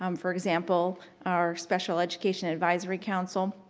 um for example our special education advisory council,